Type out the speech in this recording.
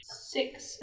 Six